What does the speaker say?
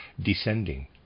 descending